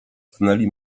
stanęli